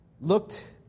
looked